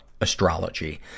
astrology